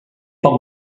poc